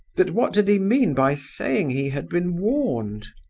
but what did he mean by saying he had been warned?